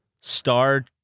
Star